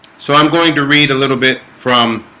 so i'm going to read a little bit from